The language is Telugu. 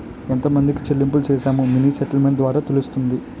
ఎంతమందికి చెల్లింపులు చేశామో మినీ స్టేట్మెంట్ ద్వారా తెలుస్తుంది